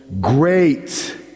great